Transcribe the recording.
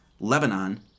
Lebanon